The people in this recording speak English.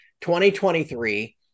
2023